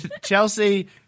Chelsea